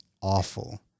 awful